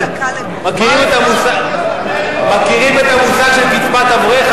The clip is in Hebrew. מכירים את המושג קצבת אברך,